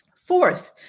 Fourth